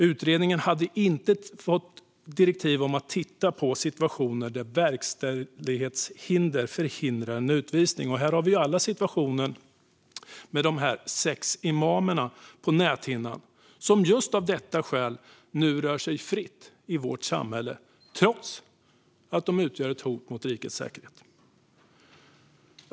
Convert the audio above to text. Utredningen hade inte fått direktiv att titta på situationer där verkställighetshinder förhindrar en utvisning. Här har vi alla på näthinnan situationen med de sex imamerna, som just av detta skäl nu rör sig fritt i vårt samhälle trots att de utgör ett hot mot rikets säkerhet.